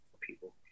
people